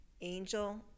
angel